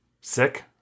sick